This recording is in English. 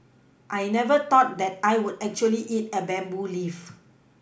I never thought that I would actually eat a bamboo leaf